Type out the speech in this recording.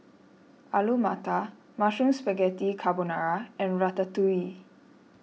Alu Matar Mushroom Spaghetti Carbonara and Ratatouille